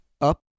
up